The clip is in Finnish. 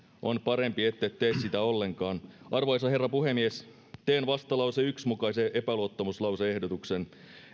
on parempi ettet tee sitä ollenkaan arvoisa herra puhemies teen vastalauseen yhden mukaisen epäluottamuslause ehdotuksen